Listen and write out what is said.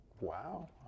Wow